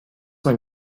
mein